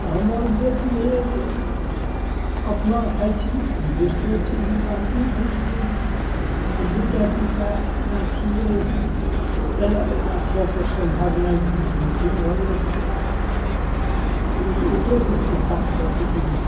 तऽ हमर उद्देश्य रहैए जे अपना खाइ छी हम बेचतो छी ई बात नहि छै जे नहि आब दू टा तीन टा गाछी अछि तऽ ओकरा सबके सम्हरनाइ मोसकिल भऽ जाइ छै कोनो एके दिस ने काज कऽ सकै छी